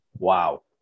Wow